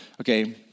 Okay